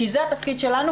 כי זה התפקיד שלנו,